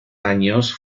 años